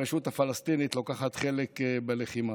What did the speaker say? הרשות הפלסטינית לוקחת חלק בלחימה.